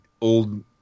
old